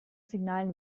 signale